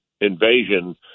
invasion